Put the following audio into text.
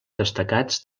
destacats